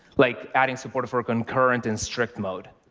like adding support for concurrent and strict mode.